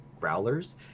growlers